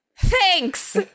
Thanks